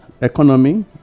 economy